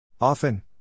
Often